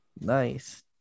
Nice